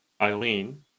Eileen